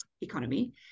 economy